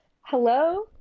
Hello